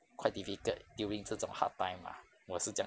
quite difficult during 这种 hard time ah 我是这样